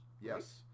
Yes